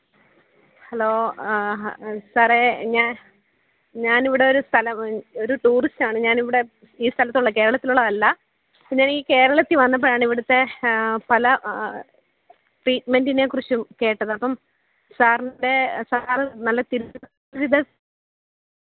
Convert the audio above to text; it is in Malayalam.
ഹലോ ആഹാ സാറേ ഞാനിവിടെ ഒരു സ്ഥലം ഒരു ടൂറിസ്റ്റാണ് ഞാൻ ഇവിടെ ഈ സ്ഥലത്തുള്ള കേരളത്തിലുള്ളതല്ല പിന്നെ ഈ കേരളത്തിൽ വന്നപ്പോഴാണ് ഇവിടുത്തെ പല ട്രീറ്റ്മെൻ്റിനെക്കുറിച്ചും കേട്ടത് അപ്പം സാറിൻ്റെ സാറ് നല്ല തിരു വിദഗ്ദ്